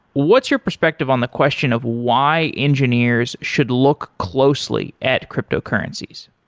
what's your perspective on the question of why engineers should look closely at cryptocurrencies?